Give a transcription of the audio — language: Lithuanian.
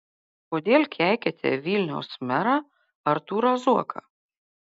kodėl keikiate vilniaus merą artūrą zuoką